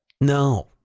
No